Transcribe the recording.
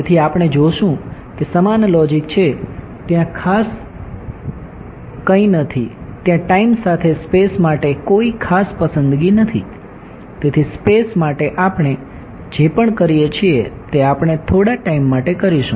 તેથી આપણે જોશું કે સમાન લોજીક પર સ્ટેગર કરીશું